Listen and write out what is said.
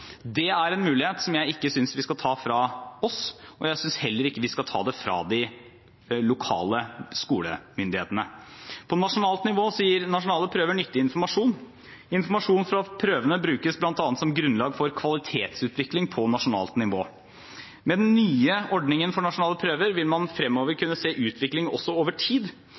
Det er en mulighet som jeg ikke synes vi skal gi fra oss, og jeg synes heller ikke vi skal ta den fra de lokale skolemyndighetene. På nasjonalt nivå gir nasjonale prøver nyttig informasjon. Informasjon fra prøvene brukes bl.a. som grunnlag for kvalitetsutvikling på nasjonalt nivå. Med den nye ordningen for nasjonale prøver vil man fremover kunne se utvikling også over tid.